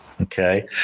okay